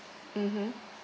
mmhmm